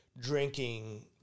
drinking